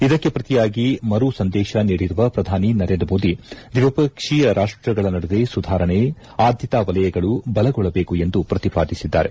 ಇದಕ್ಕೆ ಪ್ರತಿಯಾಗಿ ಮರು ಸಂದೇಶ ನೀಡಿರುವ ಪ್ರಧಾನಿ ನರೇಂದ್ರ ಮೋದಿ ದ್ವಿಪಕ್ಷೀಯ ರಾಷ್ಟಗಳ ನಡುವೆ ಸುಧಾರಣೆ ಆದ್ವತಾ ವಲಯಗಳು ಬಲಗೊಳ್ಳಬೇಕು ಎಂದು ಪ್ರತಿಪಾದಿಸಿದ್ದಾರೆ